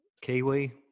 kiwi